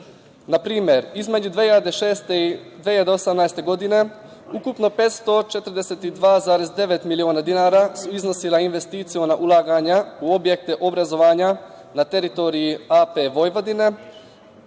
Na primer, između 2006. i 2018. godine ukupno 542,9 miliona dinara je iznos investicija ulaganja u objekte obrazovanja na teritoriji AP Vojvodina,